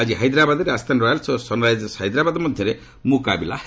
ଆକି ହାଇଦ୍ରାବାଦ୍ରେ ରାଜସ୍ଥାନ ରୟାଲ୍ସ ଓ ସନ୍ ରାଇଜର୍ସ ହାଇଦ୍ରାବାଦ୍ ମଧ୍ୟରେ ମୁକାବିଲା ହେବ